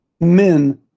men